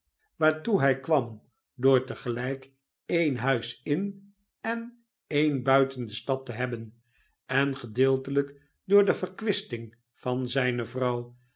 waartoe hij kwam door tegelijk een huis in en een buiten de stad te hebben en gedeeltelijk door de verkwisting van zijne vrouw